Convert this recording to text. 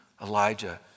Elijah